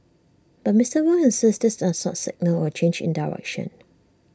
but Mister Wong insists this does not signal A change in direction